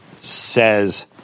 says